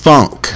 Funk